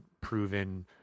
proven